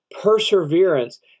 perseverance